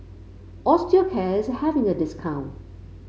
Osteocare is having a discount